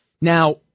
Now